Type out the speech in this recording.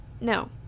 No